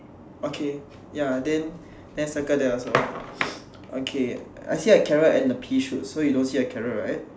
okay ya then then circle that's all okay I see a carrot and a pea shoot so you don't see a carrot right